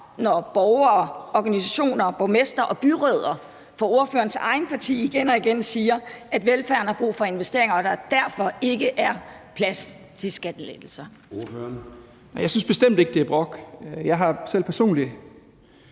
når borgere, organisationer, borgmestre og byrødder fra ordførerens eget parti igen og igen siger, at velfærden har brug for investeringer og der derfor ikke er plads til skattelettelser? Kl. 09:17 Formanden (Søren Gade): Ordføreren.